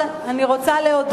מה עם תודה לחברי מרכז הליכוד?